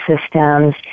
systems